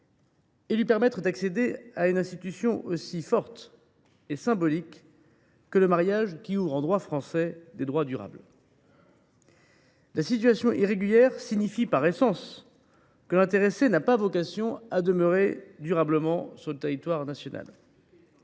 en lui permettant d’accéder à une institution aussi forte et symbolique que le mariage, qui ouvre, en droit français, des droits durables ? La situation irrégulière signifie, par essence, que l’intéressé n’a pas vocation à demeurer de manière prolongée sur le territoire national.